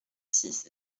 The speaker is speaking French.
six